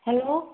hello